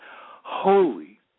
holy